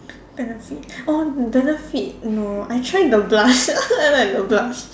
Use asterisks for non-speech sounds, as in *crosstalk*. benefit oh benefit no I try the blusher *laughs* I like the blush